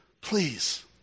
Please